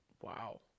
Wow